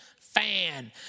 fan